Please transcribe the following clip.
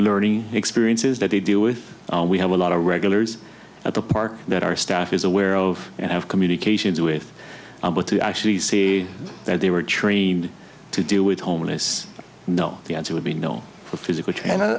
learning experiences that they deal with we have a lot of regulars at the park that our staff is aware of and have communications with but to actually see that they were trained to deal with homeless know the answer would be no physical